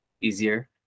easier